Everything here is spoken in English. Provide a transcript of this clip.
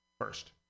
First